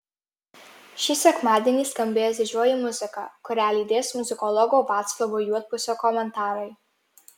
šį sekmadienį skambės didžioji muzika kurią lydės muzikologo vaclovo juodpusio komentarai